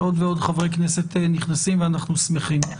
עוד ועוד חברי כנסת נכנסים, ואנחנו שמחים.